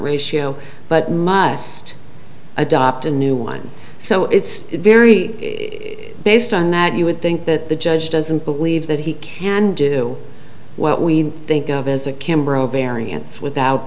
ratio but must adopt a new one so it's very based on that you would think that the judge doesn't believe that he can do what we think of as a camera variance without